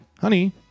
honey